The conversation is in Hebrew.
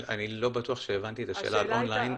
אני לא בטוח שהבנתי את שאלת האון-ליין.